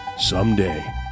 someday